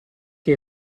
che